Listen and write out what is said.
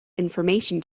information